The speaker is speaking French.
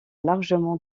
largement